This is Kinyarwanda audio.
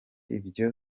ibyo